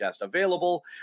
available